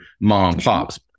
mom-pops